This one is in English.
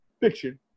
fiction